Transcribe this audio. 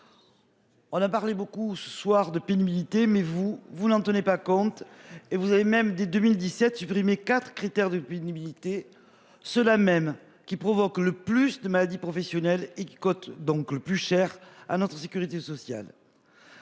On a parlé beaucoup ce soir de humilité mais vous vous ne tenez pas compte et vous avez même dès 2017, supprimer quatre critères de pénibilité. Ceux-là même qui provoque le plus de maladies professionnelles et côtes donc le plus cher à notre sécurité sociale.